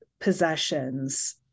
possessions